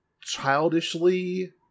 childishly